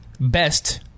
best